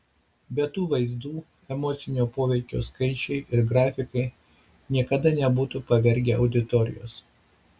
be tų vaizdų emocinio poveikio skaičiai ir grafikai niekada nebūtų pavergę auditorijos